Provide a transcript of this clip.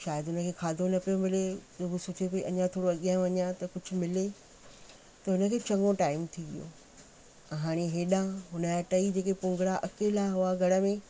शायदि हुनखे खाधो न पियो मिले त उहो सोचे पई त अञां थोरो अॻियां वञां त कुझु मिले त उनखे चङो टाइम थी वियो कहाणी हेॾां हुनजा टई जेके पुंगड़ा अकेला हुआ घर में